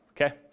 okay